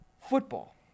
football